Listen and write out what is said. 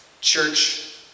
church